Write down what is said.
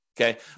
Okay